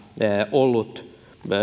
ollut